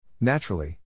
Naturally